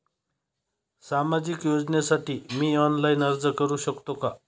सामाजिक योजनेसाठी मी ऑनलाइन अर्ज करू शकतो का?